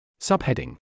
Subheading